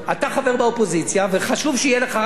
וחשוב שיהיה לך כבוד לכנסת.